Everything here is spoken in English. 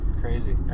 Crazy